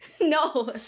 No